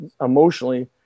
emotionally